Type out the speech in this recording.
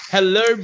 Hello